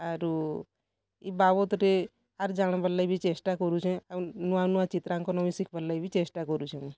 ଆରୁ ଏ ବାବଦରେ ଆର୍ ଜାଣାବାର୍ ଲାଗି ବି ଚେଷ୍ଟା କରୁଛେଁ ଆଉ ନୂଆ ନୂଆ ଚିତ୍ରାଙ୍କନ ବି ଶିଖବାର୍ ଲାଗି ବି ଚେଷ୍ଟା କରୁଛେ ମୁଇଁ